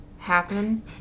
Happen